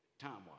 time-wise